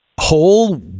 whole